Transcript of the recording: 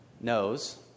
knows